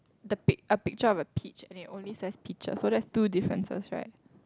the pic~ a picture of a peach and it only says peaches so that's two differences right